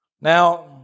now